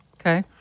Okay